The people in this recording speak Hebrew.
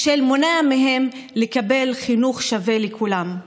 מה שמונע מהם לקבל חינוך שווה לכולם,